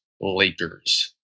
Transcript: Lakers